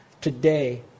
today